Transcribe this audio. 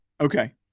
Okay